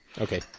Okay